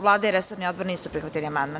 Vlada i resorni odbor nisu prihvatili amandman.